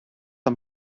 amb